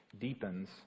deepens